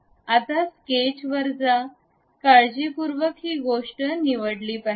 आता स्केचवर जा काळजीपूर्वक ही गोष्ट निवडली पाहिजे